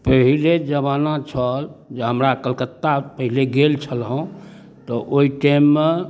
पहिले जमाना छल जे हमरा कलकत्ता पहिले गेल छलहुँ तऽ ओहि टाइममे